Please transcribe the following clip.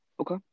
Okay